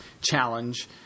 challenge